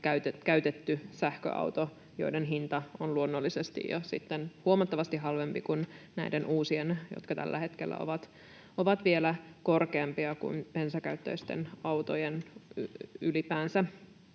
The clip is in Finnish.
käytetty sähköauto, jonka hinta on luonnollisesti jo huomattavasti halvempi kuin näiden uusien, jotka tällä hetkellä ovat vielä korkeampia kuin bensakäyttöisten autojen ylipäänsä.